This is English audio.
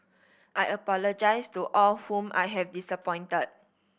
I apologise to all whom I have disappointed